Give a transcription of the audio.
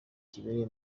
kibereye